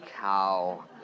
cow